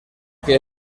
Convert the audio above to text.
que